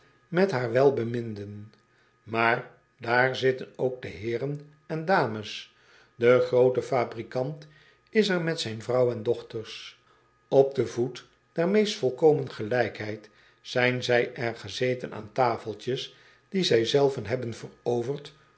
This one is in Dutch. met haar welbenlinden aar daar zitten ook de heeren en dames e groote fabrikant is er met zijn vrouw en dochters p den voet der meest volkomen gelijkheid zijn zij er gezeten aan tafeltjes die zij zelven hebben veroverd